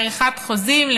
לעריכת חוזים,